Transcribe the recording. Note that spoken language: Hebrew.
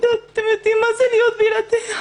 אתם יודעים מה זה להיות בלעדיה?